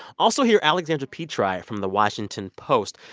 also here alexandra petri from the washington post.